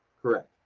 correct.